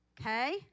Okay